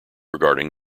regarding